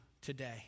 today